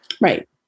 Right